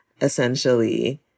essentially